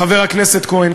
חבר הכנסת כהן,